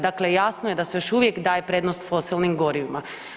Dakle jasno je da se još uvijek daje prednost fosilnim gorivima.